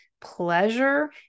pleasure